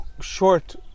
short